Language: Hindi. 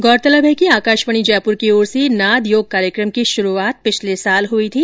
गौरतलब है कि आकाशवाणी जयपुर की ओर से नाद योग कार्यक्रम की शुरूआत पिछले साल हुई थी